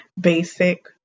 basic